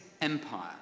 empire